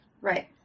Right